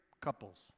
couples